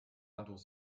handtuch